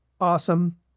awesome